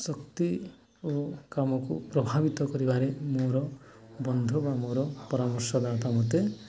ଶକ୍ତି ଓ କାମକୁ ପ୍ରଭାବିତ କରିବାରେ ମୋର ବନ୍ଧ ବା ମୋର ପରାମର୍ଶ ଦାତା ମୋତେ